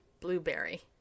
Blueberry